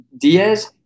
Diaz